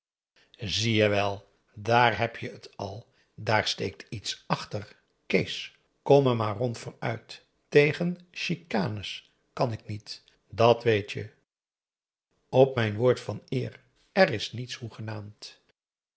zie je wel daar heb je het al daar steekt iets achter kees kom er maar rond voor uit tegen chicanes kan ik niet dàt weet je op mijn woord van eer er is niets hoegenaamd